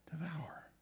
Devour